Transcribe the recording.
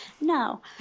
No